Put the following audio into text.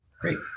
Great